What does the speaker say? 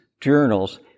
journals